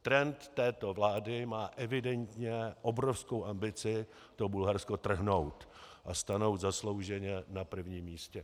Trend této vlády má evidentně obrovskou ambici to Bulharsko trhnout a stanout zaslouženě na prvním místě.